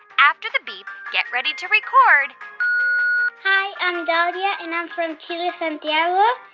after the beep, get ready to record hi, i'm daria, and i'm from chile santiago.